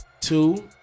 two